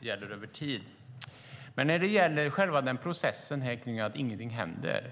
gäller över tid. Ni säger att ingenting händer.